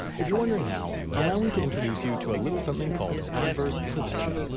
if you're wondering how, allow me to introduce you to a little something called adverse possession.